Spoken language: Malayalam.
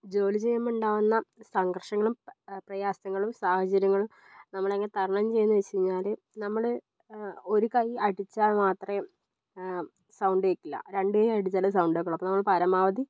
ജോലി ചെയ്യുമ്പോൾ ഉണ്ടാവുന്ന സംഘർഷങ്ങളും പ്രയാസങ്ങളും സാഹചര്യങ്ങളും നമ്മൾ എങ്ങനെ തരണം ചെയ്യുന്നു എന്നു ചോദിച്ചു കഴിഞ്ഞാൽ നമ്മൾ ഒരു കൈ അടിച്ചാൽ മാത്രമേ സൗണ്ട് കേൾക്കില്ല രണ്ടു കൈ അടിച്ചാലേ സൗണ്ട് കേൾക്കുകയുള്ളൂ അപ്പോൾ നമ്മൾ പരമാവധി